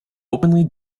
openly